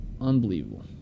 Unbelievable